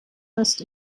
list